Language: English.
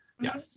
Yes